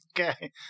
Okay